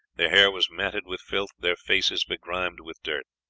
their hair was matted with filth, their faces begrimed with dirt.